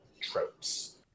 tropes